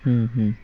হুম হুম